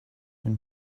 been